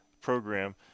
program